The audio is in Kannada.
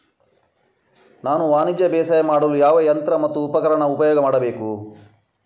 ನಾನು ವಾಣಿಜ್ಯ ಬೇಸಾಯ ಮಾಡಲು ಯಾವ ಯಂತ್ರ ಮತ್ತು ಉಪಕರಣ ಉಪಯೋಗ ಮಾಡಬೇಕು?